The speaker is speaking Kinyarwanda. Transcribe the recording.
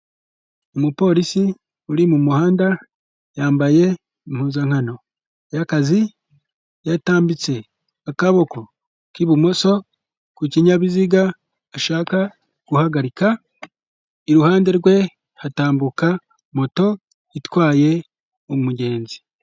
Umupolisi uri mu muhanda yambaye impuzankano y'akazi, yatambitse akaboko k'ibumoso ku kinyabiziga ashaka guhagarika, iruhande rwe hatambuka moto itwaye umugenzi.